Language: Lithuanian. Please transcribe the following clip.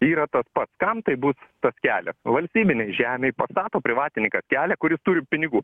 yra tas pat kam tai bus tas kelias nu valstybinėj žemėj pastato privatininkas kelią kuris turi pinigų